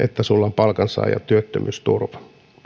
sinulla on palkansaajan työttömyysturva